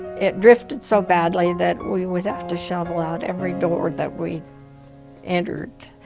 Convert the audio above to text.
it drifted so badly that we would have to shovel out every door that we entered.